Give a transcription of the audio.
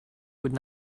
would